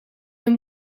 een